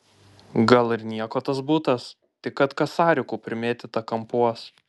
gal ir nieko tas butas tik kad kasarikų primėtyta kampuos